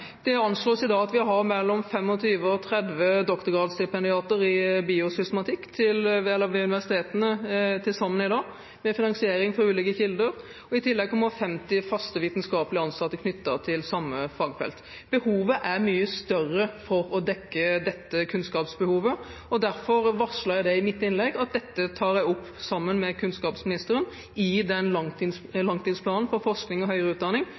Det anslås at vi til sammen har 25–30 doktorgradsstipendiater i biosystematikk ved universitetene i dag, med finansiering fra ulike kilder. I tillegg kommer 50 faste vitenskapelig ansatte knyttet til samme fagfelt. Behovet for å dekke dette kunnskapsområdet er mye større. Derfor varslet jeg i mitt innlegg at dette tar jeg – sammen med kunnskapsministeren – opp i den langtidsplanen for forskning og høyere utdanning